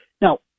now